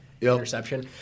interception